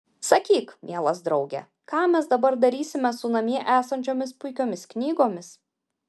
sakyk mielas drauge ką mes dabar darysime su namie esančiomis puikiomis knygomis